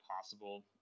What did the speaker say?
possible